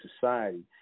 society